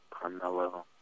Carmelo